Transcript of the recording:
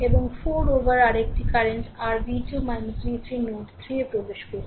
এবং 4 এর উপর আরেকটি কারেন্টrV 2 V 3 নোড 3 এ প্রবেশ করছে